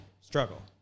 struggle